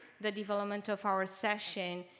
the development of our session,